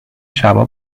شبا